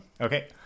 Okay